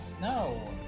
no